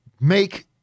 make